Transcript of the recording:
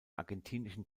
argentinischen